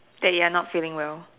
that you are not feeling well